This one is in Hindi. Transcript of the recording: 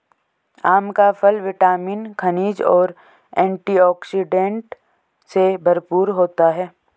आम का फल विटामिन, खनिज और एंटीऑक्सीडेंट से भरपूर होता है